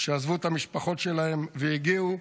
שעזבו את המשפחות שלהם והגיעו,